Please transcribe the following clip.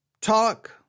talk